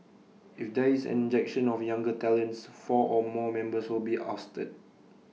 if there is an injection of younger talents four or more members will be ousted